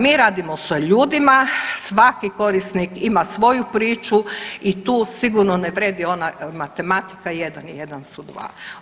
Mi radimo sa ljudima, svaki korisnik ima svoju priču i tu sigurno ne vrijedi ona matematika jedan i jedan su dva.